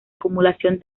acumulación